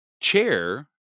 chair